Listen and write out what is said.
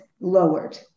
lowered